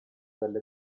delle